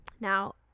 Now